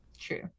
True